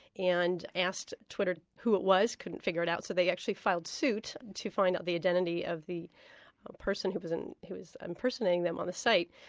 and asked twitter who it was, couldn't figure it out, so they actually filed suit to find out the identity of the person who was and who was impersonating them on the site.